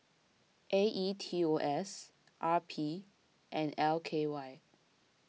A E T O S R P and L K Y